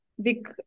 big